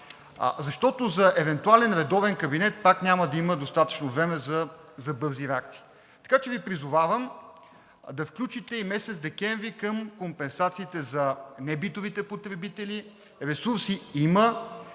защото за евентуален редовен кабинет пак няма да има достатъчно време за бързи реакции. Така че Ви призовавам да включите и месец декември към компенсациите за небитовите потребители. Ресурси има,